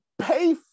pay